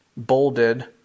bolded